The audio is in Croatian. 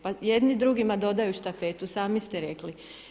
Pa jedni drugima dodaju štafetu, sami ste rekli.